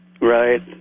right